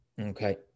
Okay